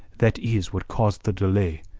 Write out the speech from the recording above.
that is what cause the delay.